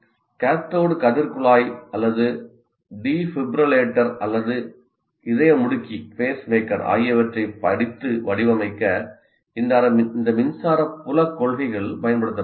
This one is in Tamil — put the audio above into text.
கேத்தோட் கதிர் குழாய் அல்லது டிஃபிபிரிலேட்டர் அல்லது இதயமுடுக்கி ஆகியவற்றைப் படித்து வடிவமைக்க இந்த மின்சார புலக் கொள்கைகள் பயன்படுத்தப்படுகின்றன